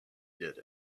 did